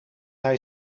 hij